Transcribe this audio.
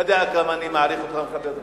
אתה יודע כמה אני מעריך אותך ומכבד אותך,